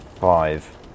Five